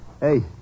Hey